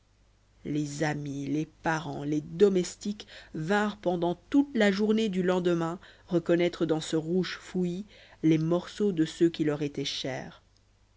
les amis les parents les domestiques vinrent pendant toute la journée du lendemain reconnaître dans ce rouge fouillis les morceaux de ceux qui leur étaient chers